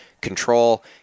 control